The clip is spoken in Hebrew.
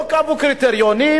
לא קבעו קריטריונים,